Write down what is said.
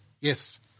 yes